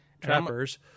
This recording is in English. trappers